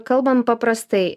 kalbam paprastai